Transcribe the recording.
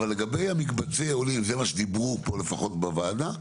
אבל לגבי המקבצי עולים זה מה שדיברו פה לפחות בוועדה,